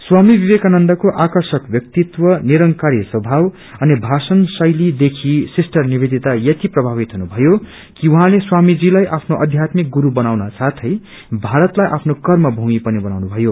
स्वामी विवेकानन्दको आर्कषक व्यक्तित्व निरंकारी स्वभाव असनि भाषण शैली देखि सिस्टर निवेदिता यति प्रभावित हुनुभयो कि उहाँले स्वामीजी लाई आफ्नो आध्यात्मिक गुरू बनाउन साथै भारतलाई कर्म भूमि पनि बनाउनुभयो